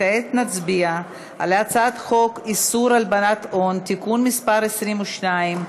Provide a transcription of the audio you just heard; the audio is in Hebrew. כעת נצביע על הצעת חוק איסור הלבנת הון (תיקון מס' 22)